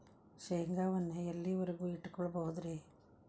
ಶೇಂಗಾವನ್ನು ಎಲ್ಲಿಯವರೆಗೂ ಇಟ್ಟು ಕೊಳ್ಳಬಹುದು ರೇ?